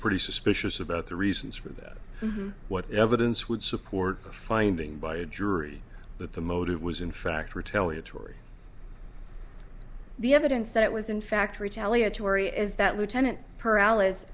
pretty suspicious about the reasons for that what evidence would support a finding by a jury that the motive was in fact retelling atory the evidence that it was in fact retaliatory is that lieutenant paralysis